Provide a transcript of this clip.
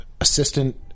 assistant